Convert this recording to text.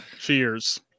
cheers